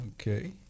okay